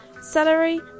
Celery